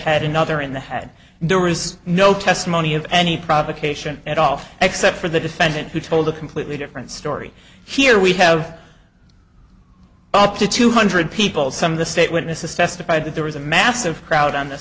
head another in the head there is no testimony of any provocation at all except for the defendant who told a completely different story here we have up to two hundred people some of the state witnesses testified that there was a massive crowd on the